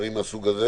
דברים מהסוג הזה?